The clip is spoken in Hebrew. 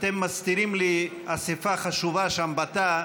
אתם מסתירים לי אספה חשובה שם בתא.